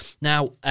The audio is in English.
Now